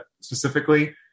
specifically